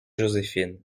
joséphine